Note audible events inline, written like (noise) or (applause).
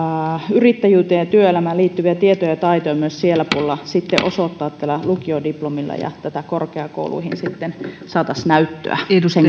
yrittäjyyteen ja työelämään liittyviä tietoja ja taitoja myös siellä puolella osoittaa tällä lukiodiplomilla jolloin korkeakouluihin sitten saataisiin näyttöä sen (unintelligible)